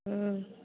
हूँ